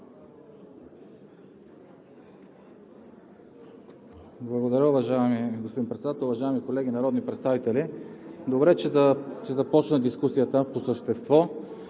Благодаря, уважаеми господин Председател. Уважаеми колеги народни представители, добре, че започна дискусията по същество